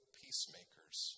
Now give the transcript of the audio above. peacemakers